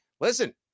listen